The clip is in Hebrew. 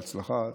שיהיה בהצלחה.